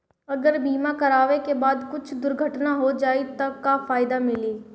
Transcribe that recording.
अगर बीमा करावे के बाद कुछ दुर्घटना हो जाई त का फायदा मिली?